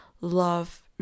love